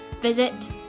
visit